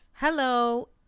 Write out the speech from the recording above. Hello